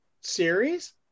series